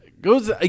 Goes